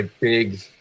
big